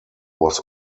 was